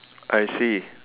I see